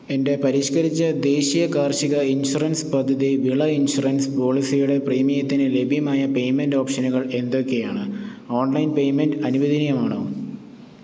എൻ്റെ പരിഷ്കരിച്ച ദേശീയ കാർഷിക ഇൻഷുറൻസ് പദ്ധതി വിള ഇൻഷുറൻസ് പോളിസിയുടെ പ്രീമിയത്തിന് ലഭ്യമായ പേയ്മെൻ്റ് ഓപ്ഷനുകൾ എന്തൊക്കെയാണ് ഓൺലൈൻ പേയ്മെൻറ് അനുവദനീയമാണോ